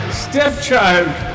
stepchild